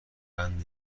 بند